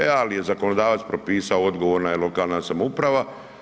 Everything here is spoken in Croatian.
E, ali je zakonodavac propisao odgovorna je lokalna samouprava.